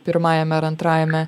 pirmajame ar antrajame